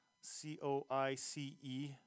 C-O-I-C-E